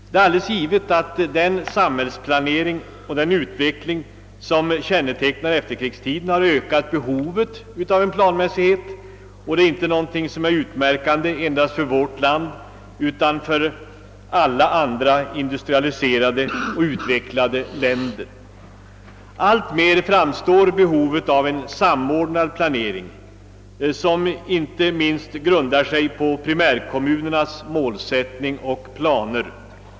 Det är alldeles givet att den samhällsutveckling som kännetecknar efterkrigstiden har ökat behovet av planmässighet. Detta är inte någonting utmärkande just för vårt land, utan samma sak gäller alla industrialiserade och utvecklade länder. Alltmer framstår behovet av en samordnad planering, som inte minst grundar sig på primärkommunernas målsättningar och planer.